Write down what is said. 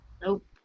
Nope